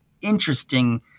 interesting